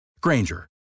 Granger